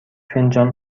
فنجان